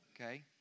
Okay